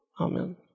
Amen